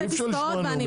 אי אפשר לשמוע נאומים.